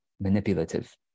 manipulative